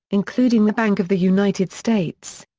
including the bank of the united states.